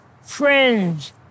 friends